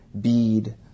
bead